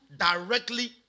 directly